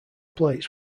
plates